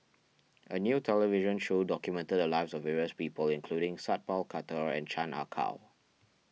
a new television show documented the lives of various people including Sat Pal Khattar and Chan Ah Kow